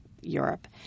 Europe